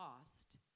lost